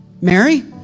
Mary